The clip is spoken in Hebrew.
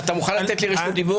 אתה מוכן לתת לי רשות דיבור?